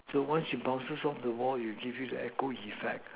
so once it bounces off the wall you give it the echo it flex